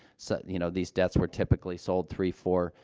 so you know, these debts were typically sold three, four,